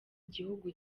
gihugu